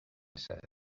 said